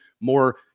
more